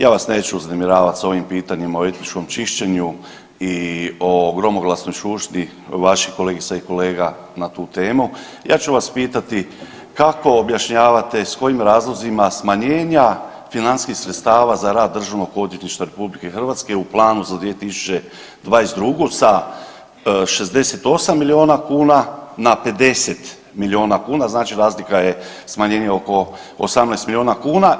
Ja vas neću uznemiravat s ovim pitanjima o etničkom čišćenju i o gromoglasnoj … vaših kolegica i kolega na tu temu, ja ću vas pitati kako objašnjavate s kojim razlozima smanjenja financijskih sredstava za rad DORH-a u planu za 2022. sa 68 milijuna kuna na 50 milijuna kuna, znači razlika je smanjenje oko 18 milijuna kuna.